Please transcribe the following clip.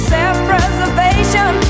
Self-preservation